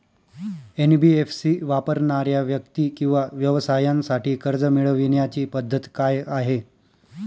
NBFC वापरणाऱ्या व्यक्ती किंवा व्यवसायांसाठी कर्ज मिळविण्याची पद्धत काय आहे?